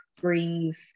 brings